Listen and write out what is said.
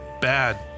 Bad